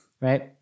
Right